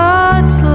God's